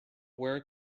where